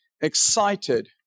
excited